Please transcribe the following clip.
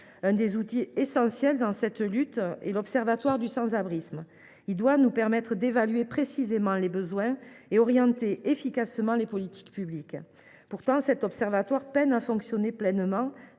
Un des outils essentiels dans cette lutte est l’observatoire du sans abrisme, qui doit nous permettre d’évaluer précisément les besoins et d’orienter efficacement les politiques publiques. Pourtant, cet observatoire peine à fonctionner pleinement,